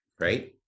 right